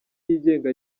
yigenga